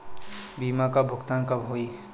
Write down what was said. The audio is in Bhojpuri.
बीमा का भुगतान कब होइ?